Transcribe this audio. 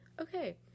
Okay